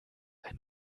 ein